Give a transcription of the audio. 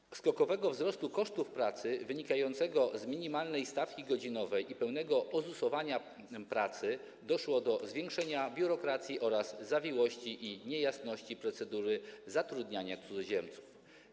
Oprócz skokowego wzrostu kosztów pracy wynikającego z minimalnej stawki godzinowej i pełnego ozusowania pracy doszło do zwiększenia biurokracji oraz zawiłości i niejasności procedury zatrudniania cudzoziemców.